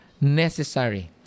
necessary